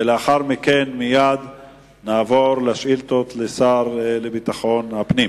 ולאחר מכן נעבור לשאילתות לשר לביטחון הפנים.